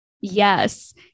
Yes